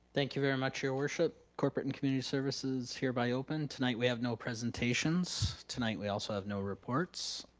thank you very much your worship. corporate and community services hereby open. tonight we have no presentations. tonight we also have no reports.